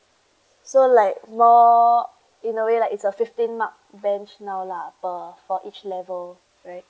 so like more in a way like it's a fifteen mark bench now lah per for each level right